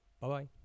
Bye-bye